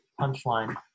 punchline